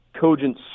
cogent